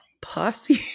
posse